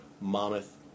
Monmouth